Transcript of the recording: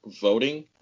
voting